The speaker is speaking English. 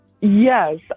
Yes